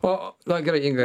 o na gerai inga